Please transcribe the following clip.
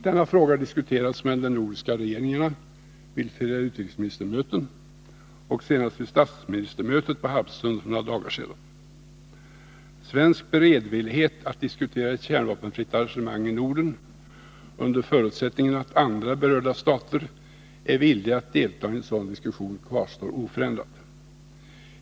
Denna fråga har diskuterats mellan de nordiska regeringarna vid flera utrikesministermöten och senast vid statsministermötet på Harpsund för några dagar sedan. Svensk beredvillighet att diskutera ett kärnvapenfritt arrangemang i Norden under förutsättningen att andra berörda stater är villiga att delta i en sådan diskussion kvarstår oförändrad.